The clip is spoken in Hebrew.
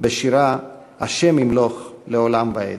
בשירה / השם ימלוך לעולם ועד."